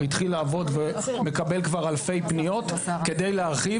התחיל לעבוד ומקבל כבר אלפי פניות כדי להרחיב.